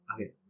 Okay